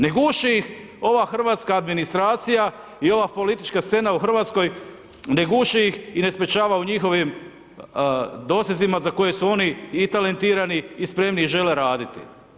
Ne guši ih ova hrvatska administracija i ova politička scena u Hrvatskoj, ne guši ih i ne sprječava u njihovim dosljetcima za koje su oni i talentirani i spremni i žele raditi.